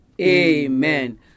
Amen